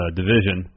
division